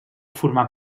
formar